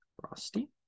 Frosty